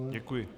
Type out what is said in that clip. Děkuji.